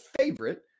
favorite